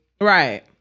Right